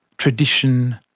tradition,